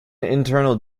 internal